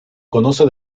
conoce